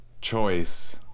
choice